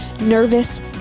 Nervous